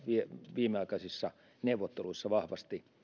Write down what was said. viimeaikaisissa neuvotteluissa vahvasti